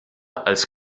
als